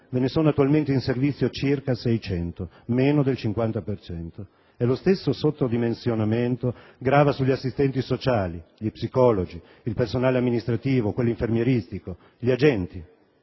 ve ne sono attualmente in servizio circa 600, meno del 50 per cento, e lo stesso sottodimensionamento grava sugli assistenti sociali, gli psicologi, il personale amministrativo, quello infermieristico, gli agenti.